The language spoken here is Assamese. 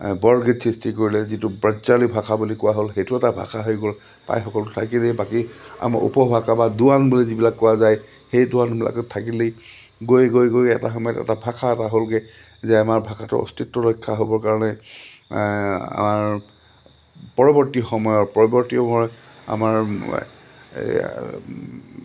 বৰগীত সৃষ্টি কৰিলে যিটো ব্ৰজাৱলী ভাষা বুলি কোৱা হ'ল সেইটো এটা ভাষা হৈ গ'ল প্ৰায় সকলো থাকিলেই বাকী আমাৰ উপভাষা বা দোৱান বুলি যিবিলাক কোৱা যায় সেই দোৱানবিলাকত থাকিলেই গৈ গৈ গৈ এটা সময়ত এটা ভাষা এটা হ'লগৈ যে আমাৰ ভাষাটো অস্তিত্ব ৰক্ষা হ'বৰ কাৰণে আমাৰ পৰৱৰ্তী সময়ৰ পৰিৱৰ্তী সময়ত আমাৰ